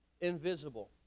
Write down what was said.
Invisible